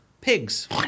pigs